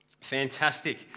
Fantastic